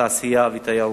תעשייה ותיירות.